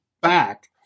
back